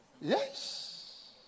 Yes